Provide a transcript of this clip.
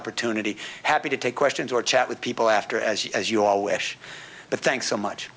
opportunity happy to take questions or chat with people after as you as you all wish the thanks so much